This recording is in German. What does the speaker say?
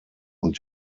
und